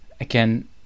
Again